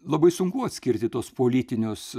labai sunku atskirti tuos politinius